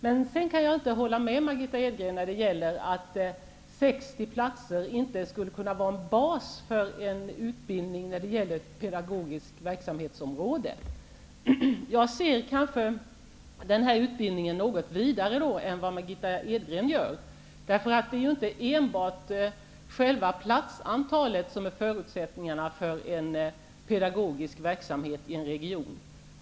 Däremot kan jag inte hålla med Margitta Edgren när hon säger att 60 platser inte skulle kunna vara en bas för utbildning på ett pedagogiskt verksamhetsområde. Jag ser kanske den här utbildningen i ett något vidare perspektiv än vad Margitta Edgren gör. Det är inte enbart själva platsantalet som är en förutsättning för en pedagogisk verksamhet i en region.